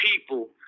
people